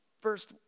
First